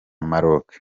maroke